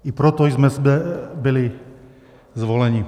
I proto jsme zde byli zvoleni.